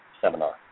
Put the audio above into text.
seminar